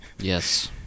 Yes